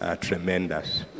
tremendous